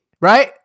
right